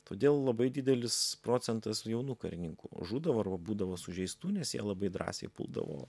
todėl labai didelis procentas jaunų karininkų žūdavo arba būdavo sužeistų nes jie labai drąsiai puldavo